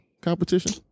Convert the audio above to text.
competition